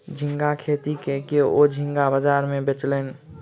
झींगा खेती कय के ओ झींगा बाजार में बेचलैन